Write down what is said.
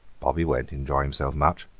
bobby won't enjoy himself much,